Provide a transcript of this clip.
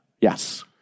Yes